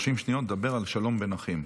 30 שניות דבר על השלום בין אחים.